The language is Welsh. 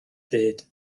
bryd